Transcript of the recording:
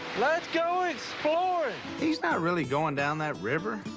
let's go exploring. he's not really going down that river.